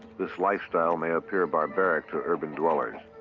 this lifestyle may appear barbaric to urban dwellers.